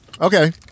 okay